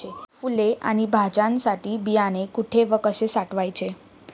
फुले आणि भाज्यांसाठी बियाणे कुठे व कसे साठवायचे?